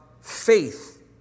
faith